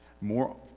More